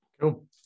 Cool